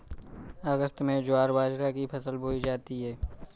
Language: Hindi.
अगस्त में ज्वार बाजरा की फसल बोई जाती हैं